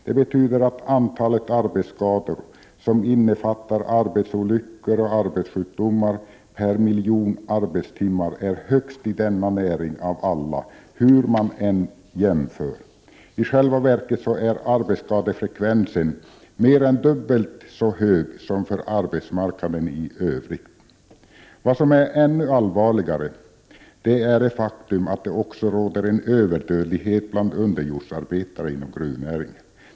Det betyder att antalet arbetsskador inkl. arbetsolyckor och arbetssjukdomar per miljon arbetstimmar är högst i denna näring av alla, hur man än jämför. I själva verket är arbetsskadefrekvensen mer än dubbelt så hög som för arbetsmarknaden i övrigt. Ännu allvarligare är det faktum att det också råder en överdödlighet bland underjordsarbetare inom gruvnäringen.